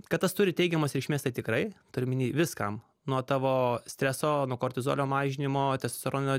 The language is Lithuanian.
kad tas turi teigiamos reikšmės tai tikrai turiu omeny viskam nuo tavo streso nuo kortizolio mažinimo testosterono